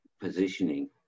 positioning